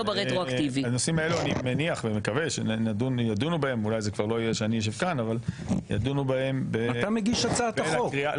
הפרטי ואני מדבר על הסניגוריה הציבורית.